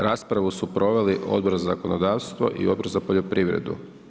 Raspravu su proveli Odbor za zakonodavstvo i Odbor za poljoprivredu.